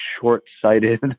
short-sighted